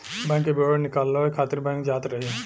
bank के विवरण निकालवावे खातिर बैंक जात रही